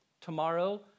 Tomorrow